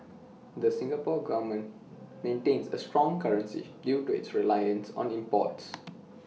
the Singapore Government maintains A strong currency due to its reliance on imports